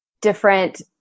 different